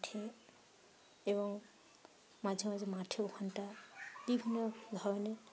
মাঠে এবং মাঝে মাঝে মাঠে ওখানটা বিভিন্ন ধরনের